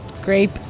Grape